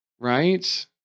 Right